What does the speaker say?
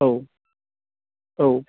औ औ